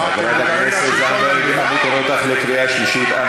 חברת הכנסת זנדברג, אני קורא אותך קריאה שלישית.